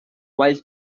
while